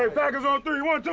packers on three. one, two,